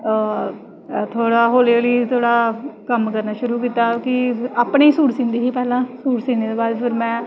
थोह्ड़ा हौली हौली थोह्ड़ा कम्म शुरू कीता अपने गै सूट सींदी ही पैह्लें सूट सीने दे बाद